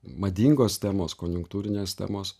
madingos temos konjunktūrinės temos